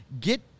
Get